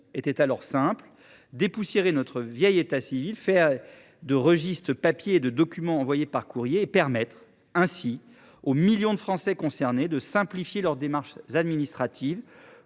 était alors simple : dépoussiérer notre vieil état civil, fait de registres en papier et de documents envoyés par courrier, et permettre ainsi à des millions de Français de simplifier leurs démarches administratives,